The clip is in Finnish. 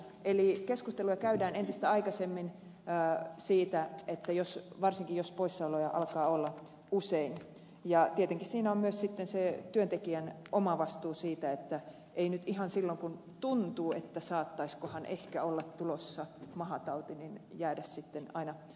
eli keskusteluja käydään entistä aikaisemmin siitä jos varsinkin poissaoloja alkaa olla usein ja tietenkin siinä on myös sitten se työntekijän oma vastuu siitä että ei nyt ihan silloin kun tuntuu että saattaisikohan ehkä olla tulossa mahatauti jäädä sitten aina kotiin